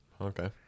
okay